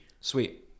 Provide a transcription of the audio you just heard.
Sweet